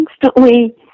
constantly